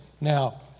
Now